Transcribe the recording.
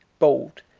bold,